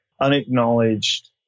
unacknowledged